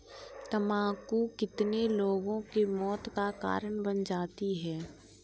तम्बाकू कितने लोगों के मौत का कारण बन जाती है